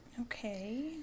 Okay